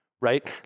right